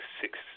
six